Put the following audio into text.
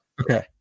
Okay